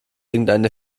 irgendeinen